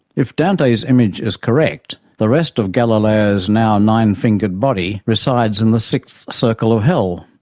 if dante's image is correct, the rest of galileo's now nine-fingered body resides in the sixth circle of hell.